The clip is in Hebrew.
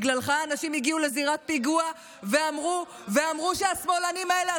בגללך אנשים הגיעו לזירת פיגוע ואמרו: השמאלנים האלה,